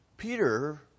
Peter